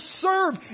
serve